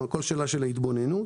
הכול שאלה של התבוננות.